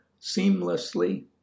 seamlessly